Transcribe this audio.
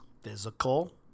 Physical